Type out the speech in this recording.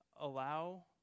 allow